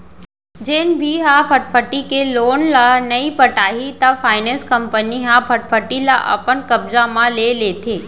जेन भी ह फटफटी के लोन ल नइ पटाही त फायनेंस कंपनी ह फटफटी ल अपन कब्जा म ले लेथे